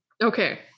Okay